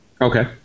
Okay